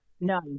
No